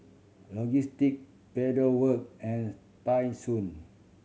Logistic Pedal Work and Tai Sun